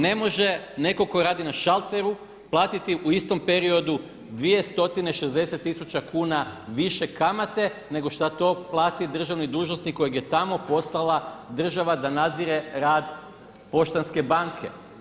Ne može netko tko radi na šalteru platiti u istom periodu 2 stotine 60 tisuća kuna više kamate nego što to plati državni dužnosnik kojega je tamo poslala država da nadzire rad Poštanske banke.